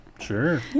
Sure